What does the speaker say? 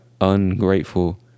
ungrateful